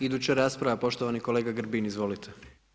Iduća rasprava, poštovani kolega Grbin, izvolite.